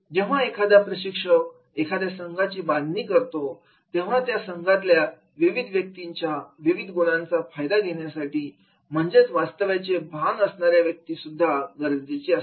जेव्हा एखादा प्रशिक्षक एखाद्या संघाची बांधणी करतो तेव्हा त्या संघातल्या विविध व्यक्तींच्या विविध गुणांचा फायदा घेण्यासाठी म्हणजेच वास्तवाचे भान असणाऱ्या व्यक्तींची सुद्धा गरज असते